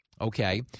okay